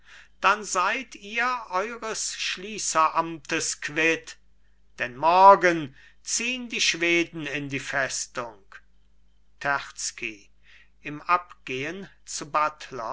dann seid ihr eures schließeramtes quitt denn morgen ziehn die schweden in die festung terzky im abgehn zu